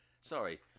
Sorry